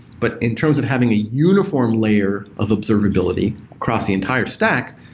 but in terms of having a uniform layer of observability across the entire stack,